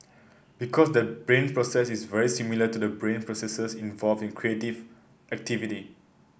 because that brain process is very similar to the brain processes involved in creative activity